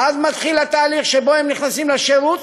ואז מתחיל התהליך שבו הם נכנסים לשירות.